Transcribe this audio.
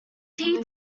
tea